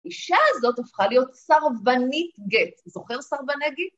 האישה הזאת הופכה להיות סבנית גט, זוכר סבני גט?